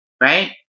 right